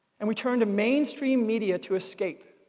and we turn to mainstream media to escape.